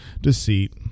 deceit